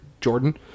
Jordan